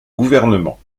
gouvernements